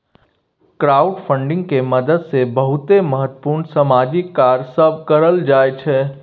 crowdfunding के मदद से बहुते महत्वपूर्ण सामाजिक कार्य सब करल जाइ छइ